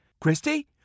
Christy